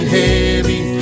heavy